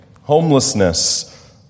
Homelessness